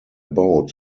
boat